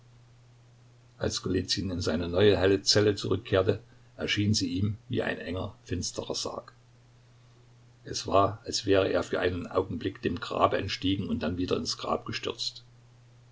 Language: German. als golizyn in seine neue helle zelle zurückkehrte erschien sie ihm wie ein enger finsterer sarg es war als wäre er für einen augenblick dem grabe entstiegen und dann wieder ins grab gestürzt